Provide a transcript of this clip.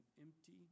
empty